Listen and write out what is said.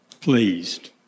pleased